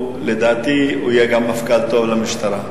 לדעתי הוא גם יהיה מפכ"ל טוב למשטרה.